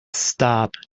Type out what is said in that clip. stopped